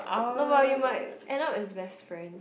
no but you might end up as best friend